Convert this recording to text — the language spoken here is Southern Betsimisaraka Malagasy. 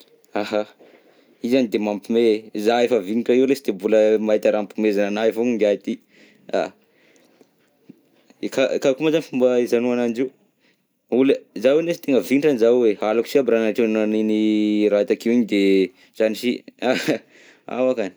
Aha, izy any de mapihomehe, zaho efa vignitra io lesy de mbola mahita raha ampomezana anahy avao ingahy ty, aha, ka karakory moa zany fomba ahaizanao ananjy io? Ole- zaho io lesy tegna vignitra any zaho io e, halako jiaby raha trôgnan'iny raha takeo iny de, trano si aha, ao hoa kany.